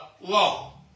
law